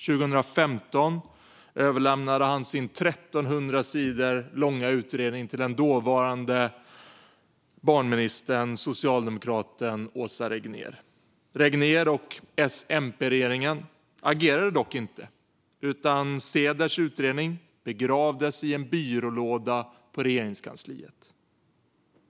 År 2015 överlämnade han sin 1 300 sidor långa utredning till den dåvarande barnministern, socialdemokraten Åsa Regnér. Regnér och S-MP-regeringen agerade dock inte, utan Ceders utredning begravdes i en byrålåda på Regeringskansliet.